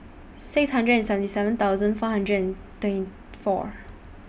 six hundred and seventy seven thousand four hundred and twenty four